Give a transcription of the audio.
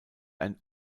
ein